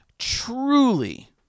truly